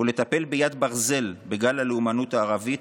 ולטפל ביד ברזל בגל הלאומנות הערבית,